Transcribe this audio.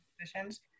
positions